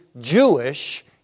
Jewish